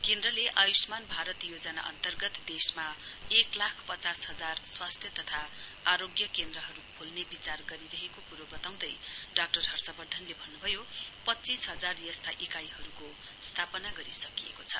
केन्द्रले आयुष्मान भारत योजना अन्तर्गत देशमा एक लाख पचास हजार स्वास्थ्य तथा आरोग्य केन्द्रहरु खोल्ने विचार गरिरहेको कुरो वताउँदै डाक्टर हर्षवर्धनले भन्नुभयो पञ्चीस हजार यस्ता इकाईहरुको स्थापना गरिसकिएको छ